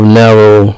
narrow